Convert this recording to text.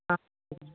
ஆ okay